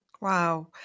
Wow